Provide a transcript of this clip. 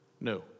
No